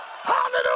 Hallelujah